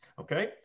Okay